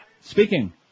Speaking